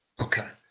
okay.